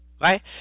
right